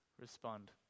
respond